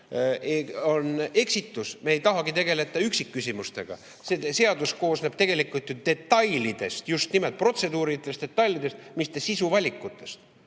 on eksitus. Me ei tahagi tegeleda üksikküsimustega. See seadus koosneb tegelikult ju detailidest, just nimelt protseduuridest ja detailidest, mitte sisu valikutest.